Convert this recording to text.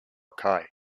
cai